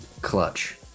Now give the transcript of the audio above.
clutch